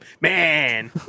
man